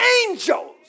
angels